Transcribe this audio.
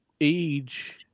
age